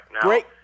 Great